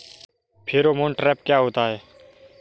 Pheromone trap क्या होता है?